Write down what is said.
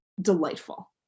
delightful